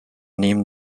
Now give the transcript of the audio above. nehmen